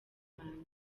wanjye